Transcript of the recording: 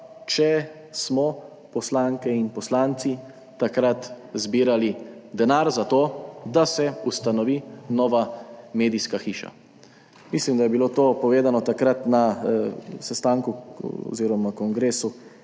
če smo poslanke in poslanci takrat zbirali denar za to, da se ustanovi nova medijska hiša. Mislim, da je bilo to povedano takrat na sestanku oziroma kongresu,